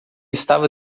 estava